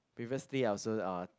previously I also uh